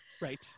Right